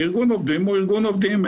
וארגון עובדים הוא ארגון עובדים,